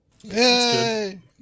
Yay